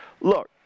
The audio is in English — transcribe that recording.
Look